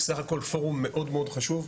סך הכל פורום מאוד חשוב.